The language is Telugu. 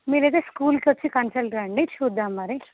మీరైతే స్కూల్కి వచ్చి కన్సల్ట్ కండి చూద్దాము మరి